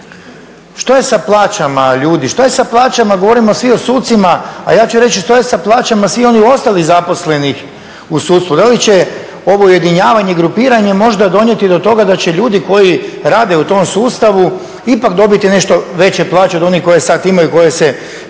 što je sa plaćama ljudi, što je sa plaćama? Govorimo svi o sucima, a ja ću reći što je sa plaćama svih onih ostalih zaposlenih u sudstvu? Da li će ovo ujedinjavanje, grupiranje možda donijeti do toga da će ljudi koji rade u tom sustavu ipak dobiti nešto veće plaće od onih koje sad imaju i koje se